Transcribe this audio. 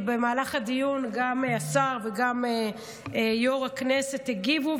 ובמהלך הדיון גם השר וגם יו"ר הכנסת הגיבו,